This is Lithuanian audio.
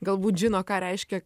galbūt žino ką reiškia